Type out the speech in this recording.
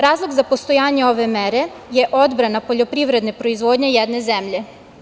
Razlog za postojanje ove mere je odbrana poljoprivredne proizvodnje jedne zemlje.